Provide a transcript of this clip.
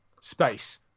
space